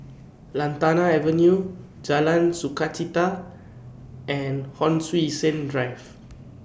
Lantana Avenue Jalan Sukachita and Hon Sui Sen Drive